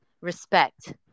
respect